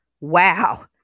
wow